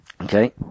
Okay